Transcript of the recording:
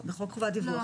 דיווח.